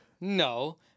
No